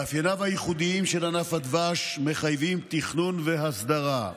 מאפייניו הייחודיים של ענף הדבש מחייבים תכנון והסדרה.